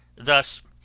thus,